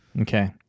Okay